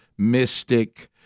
mystic